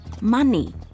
Money